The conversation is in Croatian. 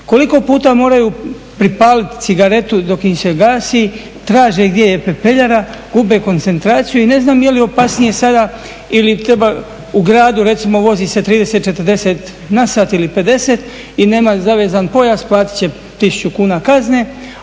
Koliko puta moraju pripaliti cigaretu dok im se gasi, traže gdje je pepeljara, gube koncentraciju i ne znam je li opasnije sada ili treba u gradu recimo vozi se 30, 40 na sat ili 50 i nema zavezan pojas, platiti će 1000 kuna kazne